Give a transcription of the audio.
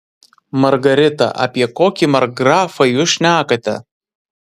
margarita apie kokį markgrafą jūs šnekate